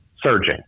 surging